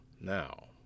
Now